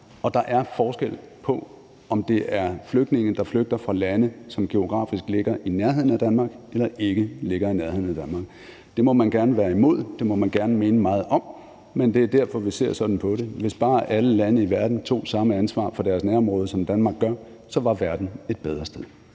Og der er forskel på, om det er flygtninge, der flygter fra lande, som geografisk ligger i nærheden af Danmark eller ikke ligger i nærheden af Danmark. Det må man gerne være imod, det må man gerne mene meget om, men det er derfor, vi ser sådan på det. Hvis bare alle lande i verden tog samme ansvar for deres nærområde, som Danmark gør, så var verden et bedre sted.